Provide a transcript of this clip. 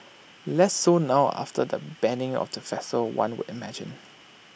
less so now after the banning of the festival one would imagine